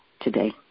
today